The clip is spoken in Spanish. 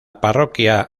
parroquia